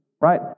right